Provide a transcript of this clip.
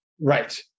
Right